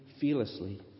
fearlessly